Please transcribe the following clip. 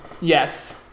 Yes